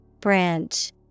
Branch